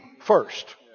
first